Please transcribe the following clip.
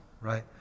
right